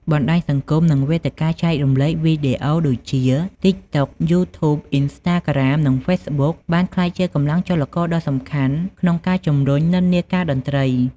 បណ្ដាញសង្គម និងវេទិកាចែករំលែកវីដេអូដូចជា TikTok, YouTube, Instagram និង Facebook បានក្លាយជាកម្លាំងចលករដ៏សំខាន់ក្នុងការជំរុញនិន្នាការតន្ត្រី។